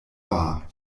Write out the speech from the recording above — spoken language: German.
wahr